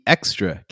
Extra